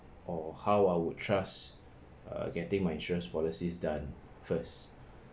or how I would trust err getting my insurance policies done first